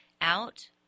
out